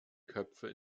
köpfe